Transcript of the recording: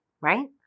right